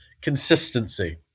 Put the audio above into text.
consistency